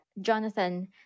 Jonathan